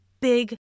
big